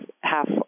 half